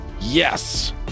Yes